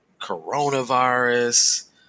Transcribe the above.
coronavirus